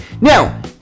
Now